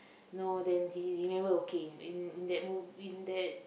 you know then he he never okay in in that move in that